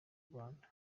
rwanda